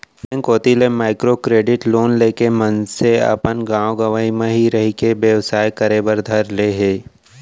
bank कोती ले micro credit loan लेके मनसे अपन गाँव गंवई म ही रहिके बेवसाय करे बर धर ले हे